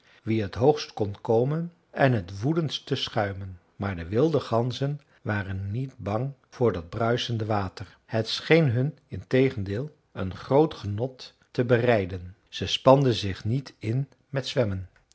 wie t hoogste kon komen en het woedendste schuimen maar de wilde ganzen waren niet bang voor dat bruisende water het scheen hun integendeel een groot genot te bereiden ze spanden zich niet in met zwemmen